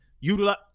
utilize